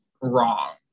wrong